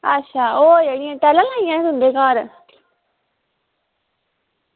अच्छा ओह् जेह्ड़ियां टाइलां लाइयां हियां तुंदे घर